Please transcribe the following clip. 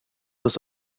das